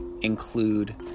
include